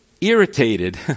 irritated